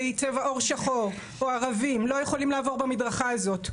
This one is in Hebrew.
צבע עור שחור או ערבים לא יכולים לעבור במדרכה הזאת,